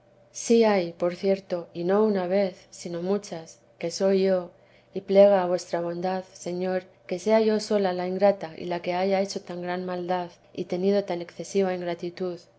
sí hay por cierto y no una vez sino muchas que soy yo y plega a vuestra bondad señor que sea yo sola la ingrata y la que haya hecho tan gran maldad y tenido tan excesiva ingratitud